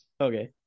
Okay